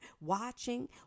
watching